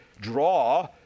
draw